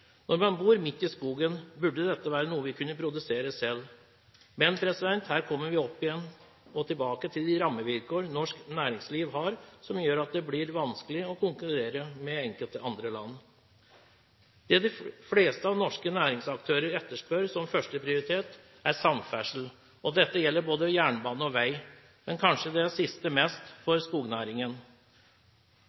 Når man bor midt i skogen, burde dette være noe vi kunne produsere selv, men her kommer vi igjen tilbake til de rammevilkår som norsk næringsliv har, som gjør at det blir vanskelig å konkurrere med enkelte andre land. Det de fleste norske næringsaktører etterspør som førsteprioritet, er samferdsel. Dette gjelder både jernbane og vei, men for skognæringen gjelder kanskje det siste mest.